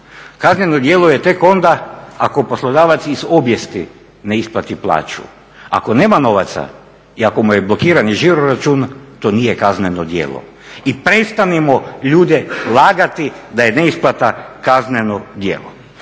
Kazneno djelo je tek onda ako poslodavac iz obijesti ne isplati plaću, a ako nema novaca i ako mu je blokiran i žiro račun to nije kazneno djelo. I prestanimo ljude lagati da je neisplata kazneno djelo.